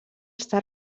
està